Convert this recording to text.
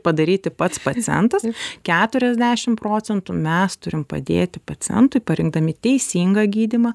padaryti pats pacientas keturiasdešim procentų mes turim padėti pacientui parinkdami teisingą gydymą